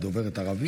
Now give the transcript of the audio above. את דוברת ערבית?